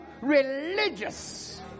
religious